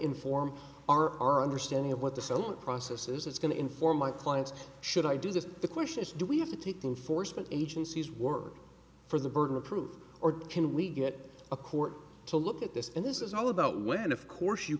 inform our our understanding of what the settlement process is it's going to inform my clients should i do this the question is do we have to take them foresman agencies work for the burden of proof or can we get a court to look at this and this is all about when of course you